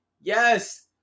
Yes